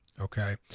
Okay